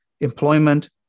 employment